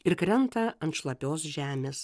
ir krenta ant šlapios žemės